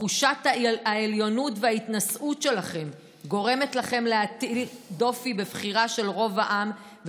תחושת העליונות וההתנשאות שלכם גורמת לכם להטיל דופי בבחירה של רוב העם,